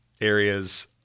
areas